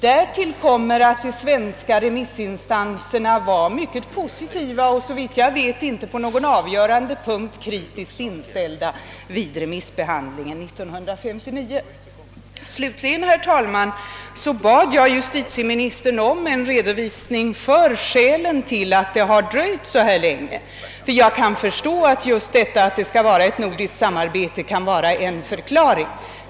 Därtill kommer att de svenska remissinstanserna var mycket positiva och, såvitt jag vet, inte på någon avgörande punkt kritiskt inställda vid remissbehandlingen 1959. Slutligen vill jag säga att jag bad justitieministern om en redovisning av skälen till att det har dröjt så här länge. Att det skall vara ett nordiskt samarbete kan, efter vad jag kan förstå, vara en förklaring.